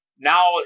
Now